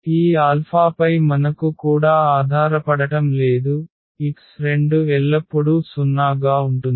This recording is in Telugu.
ఈ ఆల్ఫాపై మనకు కూడా ఆధారపడటం లేదు x2 ఎల్లప్పుడూ 0 గా ఉంటుంది